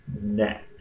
net